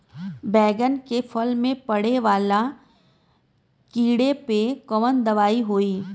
बैगन के फल में पड़े वाला कियेपे कवन दवाई होई?